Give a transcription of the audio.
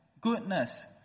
goodness